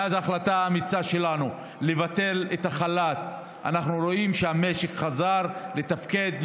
מאז ההחלטה האמיצה שלנו לבטל את החל"ת אנחנו רואים שהמשק חזר לתפקד,